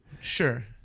Sure